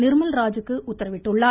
நிர்மல் ராஜுக்கு உத்தரவிட்டுள்ளார்